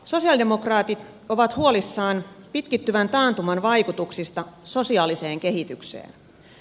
sosialidemokraatit ovat huolissaan pitkittyvän taantuman vaikutuksista sosiaaliseen kehitykseen